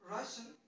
Russian